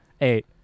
eight